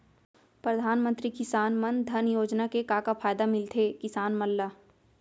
परधानमंतरी किसान मन धन योजना के का का फायदा मिलथे किसान मन ला?